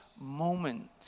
moment